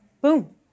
Boom